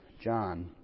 John